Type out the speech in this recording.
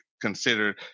considered